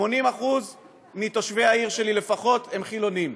80% מתושבי העיר שלי לפחות הם חילונים.